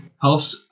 Health